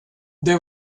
they